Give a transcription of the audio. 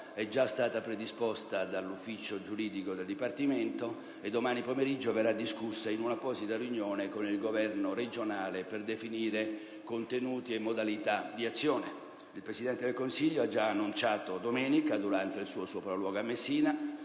è già stata predisposta dall'ufficio giuridico del Dipartimento e domani pomeriggio verrà discussa in un'apposita riunione con il Governo regionale, per definire contenuti e modalità di azione. Il Presidente del Consiglio ha già annunciato domenica, durante il suo sopralluogo a Messina